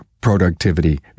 productivity